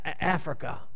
Africa